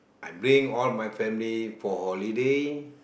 I bring all my family for holiday